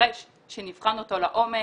שדורש שנבחן אותו לעומק.